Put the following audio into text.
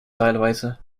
teilweise